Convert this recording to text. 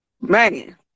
man